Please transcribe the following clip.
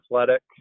athletic